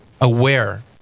aware